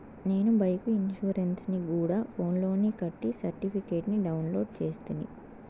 నేను బైకు ఇన్సూరెన్సుని గూడా ఫోన్స్ లోనే కట్టి సర్టిఫికేట్ ని డౌన్లోడు చేస్తిని